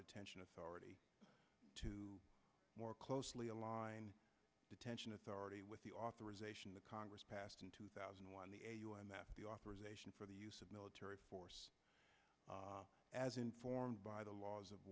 detention of already to more closely aligned detention authority with the authorization the congress passed in two thousand and one and that the authorization for the use of military force as informed by the laws of